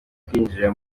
kwinjira